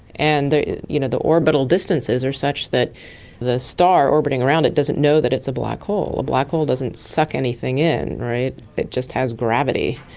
and the you know the orbital distances are such that the star orbiting around it doesn't know that it's a black hole. a black hole doesn't suck anything in, it just has gravity,